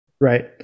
right